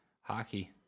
hockey